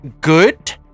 good